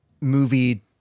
movie